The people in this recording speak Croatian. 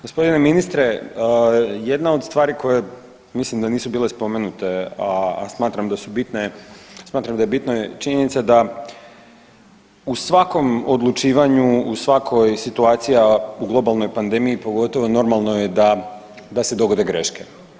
Gospodine ministre, jedna od stvari koje mislim da nisu bile spomenute, a smatram da su bitne, smatram da je bitna činjenica da u svakom odlučivanju, u svakoj situaciji, a u globalnoj pandemiji pogotovo normalno je da, da se dogode greške.